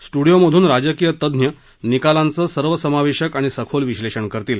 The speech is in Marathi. स्टूडिओमधून राजकीय तज्ञ निकालांचं सर्व समावेशक आणि सखोल विश्लेषण करतील